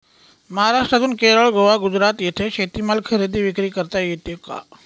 महाराष्ट्रातून केरळ, गोवा, गुजरात येथे शेतीमाल खरेदी विक्री करता येतो का?